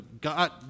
God